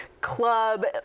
club